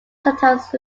sometimes